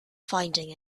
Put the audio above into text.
finding